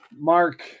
Mark